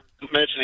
mentioning